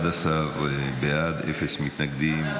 11 בעד, אפס מתנגדים.